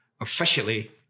officially